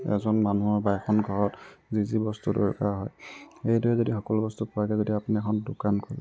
এজন মানুহৰ বা এখন ঘৰত যি যি বস্তু দৰকাৰ হয় এইদৰে যদি সকলো বস্তু পোৱাকৈ যদি আপুনি এখন দোকান খুলে